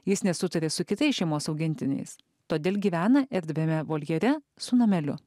jis nesutarė su kitais šeimos augintiniais todėl gyvena erdviame voljere su nameliu